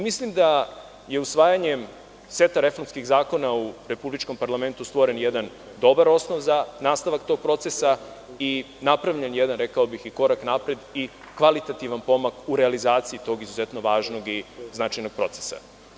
Mislim da je usvajanjem seta reformskih zakona u Republičkom parlamentu stvoren jedan dobar osnov za nastavak tog procesa i napravljen jedan korak napred i kvalitativan pomak u realizaciji tog izuzetno važnog i značajnog procesa.